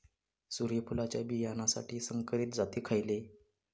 सूर्यफुलाच्या बियानासाठी संकरित जाती खयले?